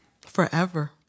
Forever